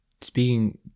speaking